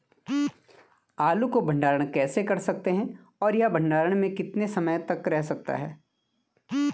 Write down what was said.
आलू को भंडारण कैसे कर सकते हैं और यह भंडारण में कितने समय तक रह सकता है?